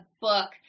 book